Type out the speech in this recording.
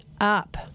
up